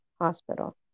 Hospital